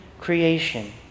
creation